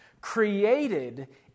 created